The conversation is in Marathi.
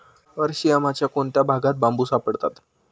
अरशियामाच्या कोणत्या भागात बांबू सापडतात?